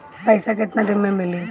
पैसा केतना दिन में मिली?